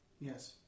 yes